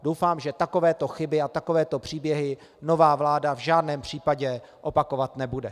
Doufám, že takovéto chyby a takovéto příběhy nová vláda v žádném případě opakovat nebude.